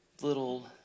little